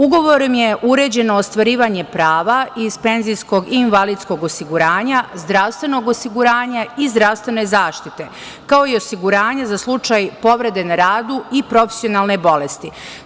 Ugovorom je uređeno ostvarivanje prava iz penzijskog i invalidskog osiguranja, zdravstvenog osiguranje i zdravstvene zaštite, kao i osiguranja za slučaj povrede na radu i profesionalne bolesti.